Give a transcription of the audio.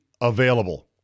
available